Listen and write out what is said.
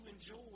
enjoy